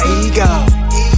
ego